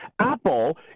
Apple